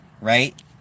right